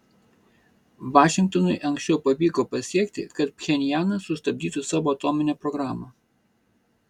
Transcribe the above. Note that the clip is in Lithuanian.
vašingtonui anksčiau pavyko pasiekti kad pchenjanas sustabdytų savo atominę programą